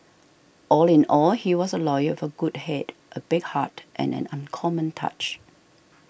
all in all he was a lawyer for a good head a big heart and an uncommon touch